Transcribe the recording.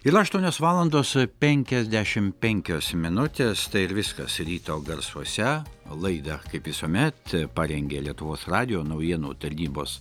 yra aštuonios valandos penkiasdešim penkios minutės tai ir viskas ryto garsuose laidą kaip visuomet parengė lietuvos radijo naujienų tarnybos